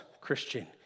Christian